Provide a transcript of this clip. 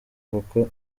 kuko